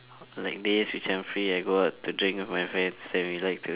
like days which I'm free I go out to drink with my friends and we like to